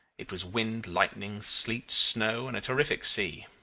it was wind, lightning, sleet, snow, and a terrific sea.